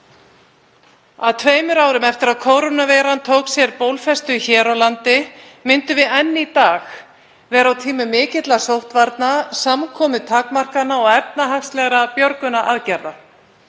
að tveimur árum eftir að kórónuveiran tók sér bólfestu hér á landi myndum við enn í dag vera á tímum mikilla sóttvarna, samkomutakmarkana og efnahagslegra björgunaraðgerða.